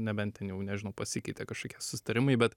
nebent ten jau nežinau pasikeitė kažkokie susitarimai bet